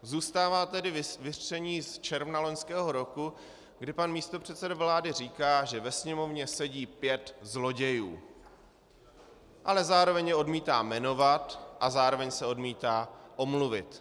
Zůstává tedy vyřčení z června loňského roku, kdy pan místopředseda vlády říká, že ve Sněmovně sedí pět zlodějů, ale zároveň je odmítá jmenovat a zároveň se odmítá omluvit.